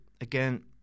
again